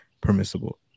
Permissible